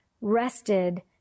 rested